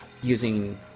using